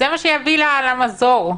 זה מה שיביא מזור.